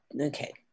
Okay